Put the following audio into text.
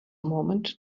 moment